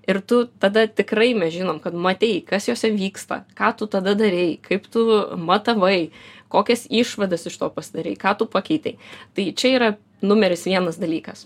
ir tu tada tikrai mes žinom kad matei kas jose vyksta ką tu tada darei kaip tu matavai kokias išvadas iš to pasidarei ką tu pakeitei tai čia yra numeris vienas dalykas